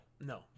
no